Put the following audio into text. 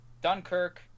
Dunkirk